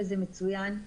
וזה מצוין,